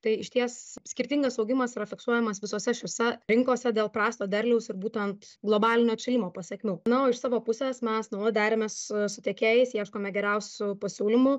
tai išties skirtingas augimas yra fiksuojamas visose šiose rinkose dėl prasto derliaus ir būtent globalinio atšilimo pasekmių na o iš savo pusės mes nuolat deramės su tiekėjais ieškome geriausių pasiūlymų